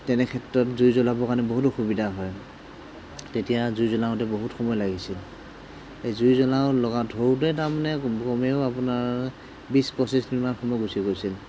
তেনেক্ষেত্ৰত জুই জ্বলাবৰ কাৰণে বহুত অসুবিধা হয় তেতিয়া জুই জ্বলাওতে বহুত সময় লাগিছিল জুই জ্বলাওঁ লগাওঁ ধৰোতেই তাৰমানে কমেও আপোনাৰ বিছ পঁচিছ মিনিটমান সময় গুচি গৈছিল